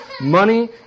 money